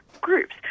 groups